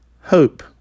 hope